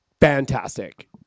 fantastic